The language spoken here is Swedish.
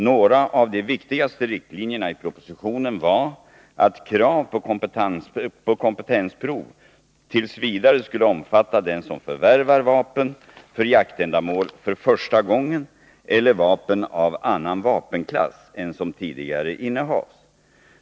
Några av de viktigaste riktlinjerna i propositionen var att krav på kompetensprov t. v. skulle omfatta den som förvärvar vapen för jaktändamål för första gången eller vapen av annan vapenklass än som tidigare innehas.